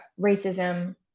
racism